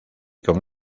con